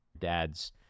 dad's